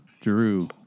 Drew